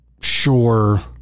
sure